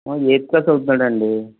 eighth class చదువుతున్నాడు అండి